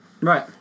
Right